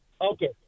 Okay